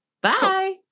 Bye